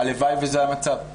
הלוואי שזה המצב.